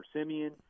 simeon